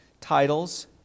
titles